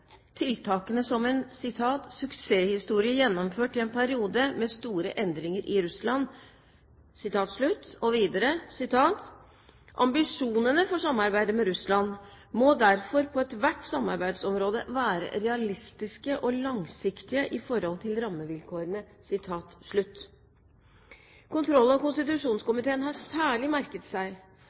tiltakene som en «suksesshistorie gjennomført i en periode med store endringer i Russland», og videre: «Ambisjonene for samarbeidet med Russland må derfor på ethvert samarbeidsområde være realistiske og langsiktige i forhold til rammevilkårene.» Kontroll- og konstitusjonskomiteen har særlig merket seg